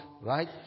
right